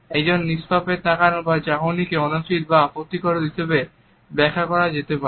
একজন নিষ্পাপের তাকানো বা চাহনিকেও অনুচিত বা আপত্তিকর হিসেবে ব্যাখ্যা করা যেতে পারে